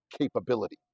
capability